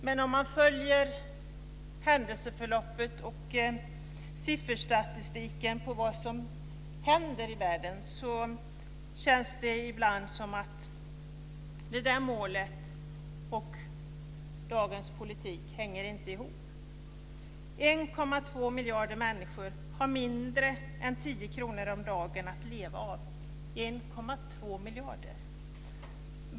Men om man följer händelseförloppet och sifferstatistiken över vad som händer i världen känns det ibland som att det där målet och dagens politik inte hänger ihop. 1,2 miljarder människor har mindre än tio kronor om dagen att leva av - 1,2 miljarder!